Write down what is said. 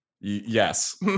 Yes